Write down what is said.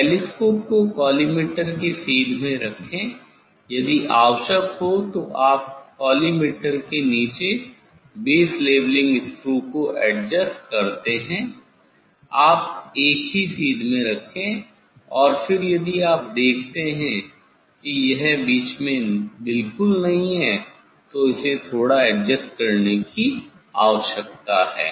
telescope को collimator की सीध में रखें यदि आवश्यक हो तो आप कॉलीमटोर के नीचे बेस लेवलिंग स्क्रू को एडजस्ट करते हैं आप एक ही सीध में रखें और फिर यदि आप देखते हैं कि यह मध्य में बिल्कुल नहीं है तो इसे थोड़ा एडजस्ट करने की आवश्यकता है